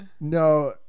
No